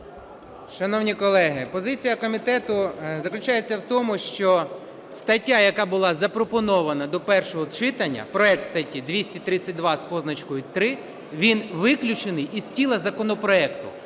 Шановні колеги, позиція комітету заключається в тому, що стаття, яка була запропонована до першого читання, проект статті 232 з позначкою 3, він виключений з тіла законопроекту.